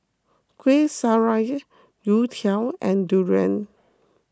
Kuih Syara Youtiao and Durian